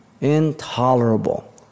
Intolerable